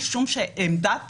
משום שדעת